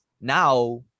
Now